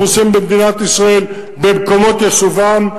פרוסים במדינת ישראל במקומות יישובם,